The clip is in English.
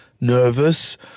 nervous